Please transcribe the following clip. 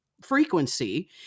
frequency